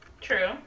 True